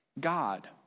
God